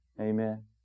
Amen